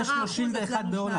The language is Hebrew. יש 31% בהולנד.